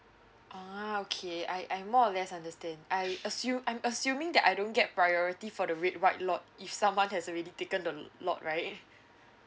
a'ah okay I I more or less understand I assume I'm assuming that I don't get priority for the red white lot if someone has already taken the lot right